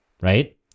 right